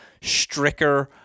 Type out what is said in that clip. Stricker